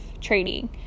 training